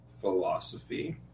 philosophy